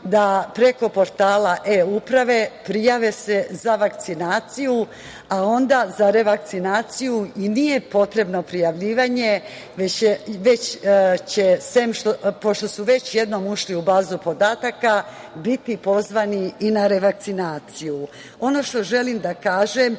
da preko portala e-Uprave prijave se za vakcinaciju, a onda za revakcinaciju i nije potrebno prijavljivanje, već će pošto su već jednom ušli u bazu podataka biti pozvani i na revakcinaciju. Ono što želim da kažem